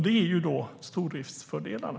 Det är stordriftsfördelarna.